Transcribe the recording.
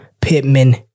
Pittman